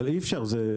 זה אי אפשר,